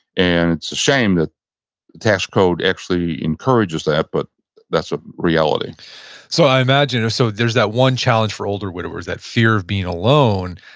and it's a shame that the tax code actually encourages that but that's a reality so i imagine, so there's that one challenge for older widowers. that fear of being alone.